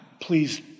please